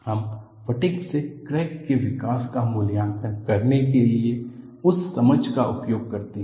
हम फटिग से क्रैक के विकास का मूल्यांकन करने के लिए उस समझ का उपयोग करते हैं